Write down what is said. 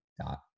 dot